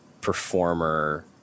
performer